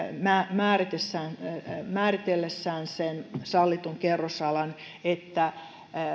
määritellessään määritellessään sen sallitun kerrosalan että